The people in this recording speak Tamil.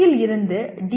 யில் இருந்து டி